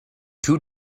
two